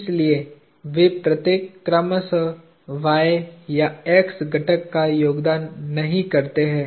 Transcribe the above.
इसलिए वे प्रत्येक क्रमशः y या x घटक का योगदान नहीं करते हैं